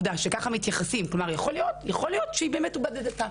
יכול להיות שהיא באמת בדתה,